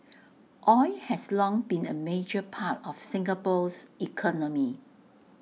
oil has long been A major part of Singapore's economy